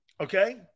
Okay